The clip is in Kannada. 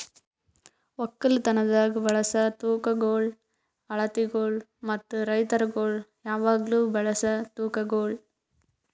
ಒಕ್ಕಲತನದಾಗ್ ಬಳಸ ತೂಕಗೊಳ್, ಅಳತಿಗೊಳ್ ಮತ್ತ ರೈತುರಗೊಳ್ ಯಾವಾಗ್ಲೂ ಬಳಸ ತೂಕಗೊಳ್